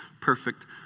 perfect